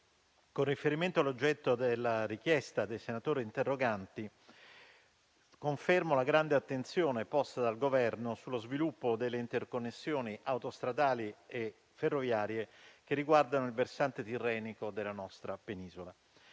con riferimento all'oggetto della richiesta dei senatori interroganti, confermo la grande attenzione posta dal Governo sullo sviluppo delle interconnessioni autostradali e ferroviarie che riguardano il versante tirrenico della nostra penisola.